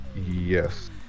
Yes